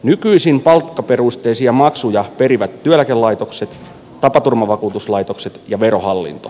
nykyisin palkkaperusteisia maksuja perivät työeläkelaitokset tapaturmavakuutuslaitokset ja verohallinto